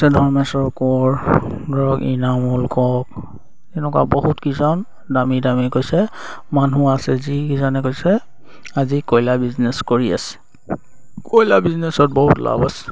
ধৰ্মেশ্বৰ কোঁৱৰ ধৰক ইনামূল হক এনেকুৱা বহুত কিজন দামী দামী কৈছে মানুহ আছে যিকিজনে কৈছে আজি কয়লা বিজনেছ কৰি আছে কয়লা বিজনেছত বহুত লাভ আছে